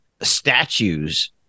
statues